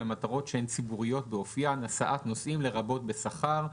למטרות שהן ציבוריות באופיין: הסעת נוסעים לרבות בשכר,